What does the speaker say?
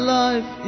life